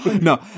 No